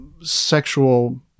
sexual